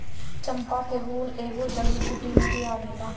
चंपा के फूल एगो जड़ी बूटी में भी आवेला